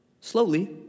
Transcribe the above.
slowly